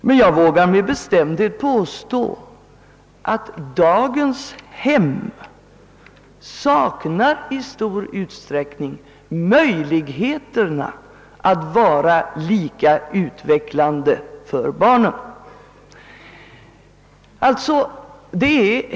Men jag vågar med bestämdhet påstå att dagens hem i stor utsträckning saknar förutsättningar att vara lika utvecklande för barnen.